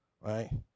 right